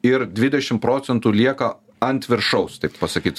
ir dvidešim procentų lieka ant viršaus taip pasakyt